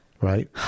right